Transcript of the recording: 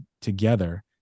together